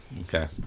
Okay